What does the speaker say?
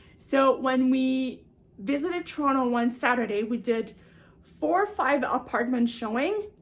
so, when we visited toronto one saturday, we did four or five apartments showings.